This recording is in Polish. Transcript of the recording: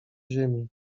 ziemi